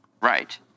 Right